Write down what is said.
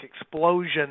explosion